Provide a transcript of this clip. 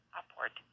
upward